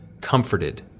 comforted